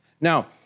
Now